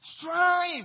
Strive